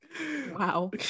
wow